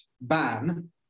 ban